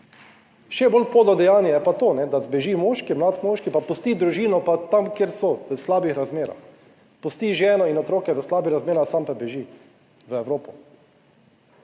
Še bolj podlo dejanje je pa to, da zbeži moški, mlad moški, pa pusti družino pa tam, kjer so, v slabih razmerah. Pusti ženo in otroke, v slabih razmerah, sam pa beži, v Evropo